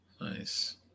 Nice